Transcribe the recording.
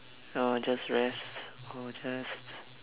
ah just rest or just